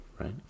right